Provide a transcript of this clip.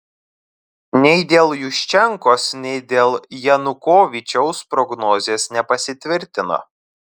nei dėl juščenkos nei dėl janukovyčiaus prognozės nepasitvirtino